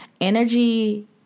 energy